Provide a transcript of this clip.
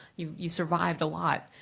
you you survived a lot.